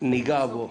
ניגע בו